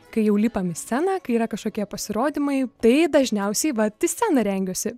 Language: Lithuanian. kai jau lipam į sceną kai yra kažkokie pasirodymai tai dažniausiai vat į sceną rengiuosi